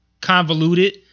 convoluted